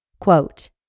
Quote